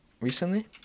recently